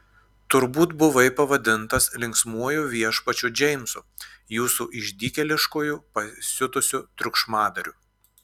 turbūt buvai pavadintas linksmuoju viešpačiu džeimsu jūsų išdykėliškuoju pasiutusiu triukšmadariu